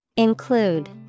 Include